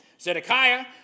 Zedekiah